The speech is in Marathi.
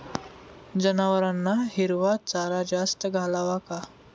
जनावरांना हिरवा चारा जास्त घालावा का?